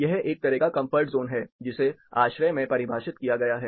यह एक तरह का कम्फर्ट ज़ोन है जिसे ASHRAE में परिभाषित किया गया है